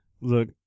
Look